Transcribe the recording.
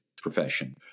profession